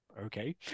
Okay